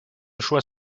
choix